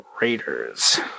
Raiders